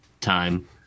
time